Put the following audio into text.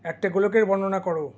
একটা গোলকের বর্ণনা করো